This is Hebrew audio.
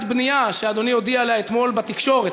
בנייה שאדוני הודיע עליה אתמול בתקשורת?